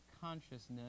consciousness